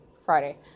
Friday